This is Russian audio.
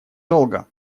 долго